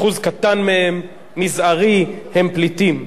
אחוז קטן מהם, מזערי, הם פליטים.